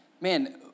man